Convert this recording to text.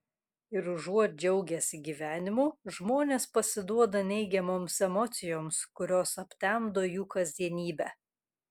ir užuot džiaugęsi gyvenimu žmonės pasiduoda neigiamoms emocijoms kurios aptemdo jų kasdienybę